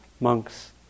monks